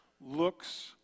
looks